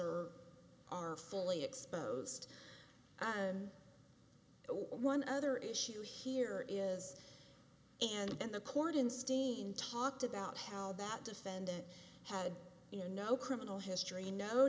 are are fully exposed and one other issue here is and the cordons dean talked about how that defendant had you know no criminal history no